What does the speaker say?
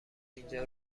اینجا